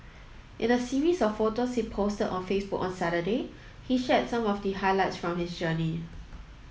in a series of photos he posted on Facebook on Saturday he shared some of the highlights from his journey